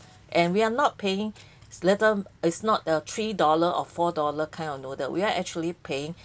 and we're not paying little is not a three dollar or four dollar kind of know that we are actually paying